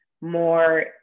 more